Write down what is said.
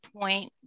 point